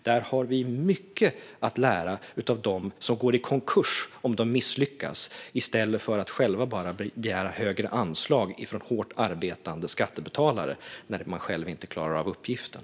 Där har vi mycket att lära av dem som går i konkurs om de misslyckas i stället för att bara begära högre anslag från hårt arbetande skattebetalare när de själva inte klarar av uppgiften.